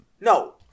No